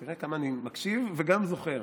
תראה כמה אני מקשיב וגם זוכר.